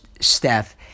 Steph